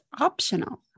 optional